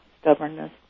stubbornness